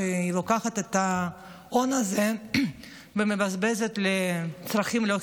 לוקח את ההון הזה ומבזבז לצרכים לא חיוניים.